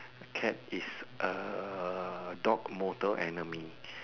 A cat is a dog mortal enemy